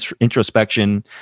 introspection